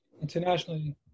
Internationally